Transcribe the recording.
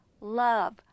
love